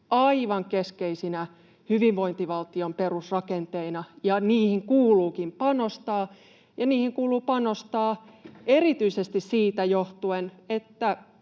aivan keskeisinä hyvinvointivaltion perusrakenteina. Niihin kuuluukin panostaa, ja niihin kuuluu panostaa erityisesti siitä johtuen, että